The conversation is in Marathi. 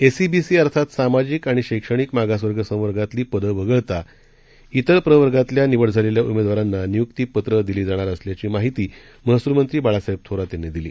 एसईबीसीअर्थातसामाजिकआणिशैक्षणिकमागासवर्गसंवर्गातीलपदंवगळता व्रेरप्रवर्गातल्यानिवडझालेल्याउमेदवारांनानियुक्तीपत्र दिलीजाणारअसल्याचीमाहितीमहसूलमंत्रीबाळासाहेबथोरातयांनीदिली